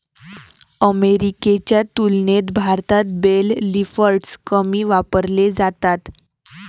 अमेरिकेच्या तुलनेत भारतात बेल लिफ्टर्स कमी वापरले जातात